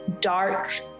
dark